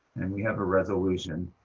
and we have a resolution,